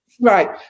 Right